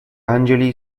angeli